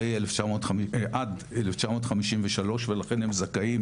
עד 1953 ולכן הם זכאים,